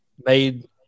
made –